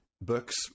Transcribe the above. books